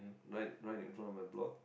right right in front of my block